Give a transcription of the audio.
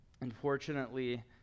Unfortunately